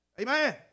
Amen